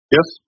Yes